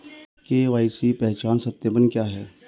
KYC पहचान सत्यापन क्या है?